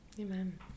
Amen